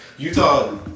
Utah